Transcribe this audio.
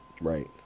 Right